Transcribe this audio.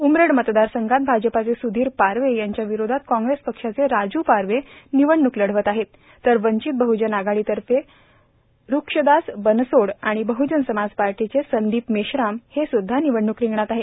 उमरेड मतदारसंघात भाजपाचे सुधीर पारवे यांच्या विरोधात काँग्रेस पक्षाचे राजू पारवे निवडणूक लढवित आहेत तर वंचित बहुजन आघाडीतर्फे रूक्षदास बनसोड आणि बहुजन समाज पार्टीचे संदीप मेश्राम हे सुद्धा निवडणूक रिंगणात आहेत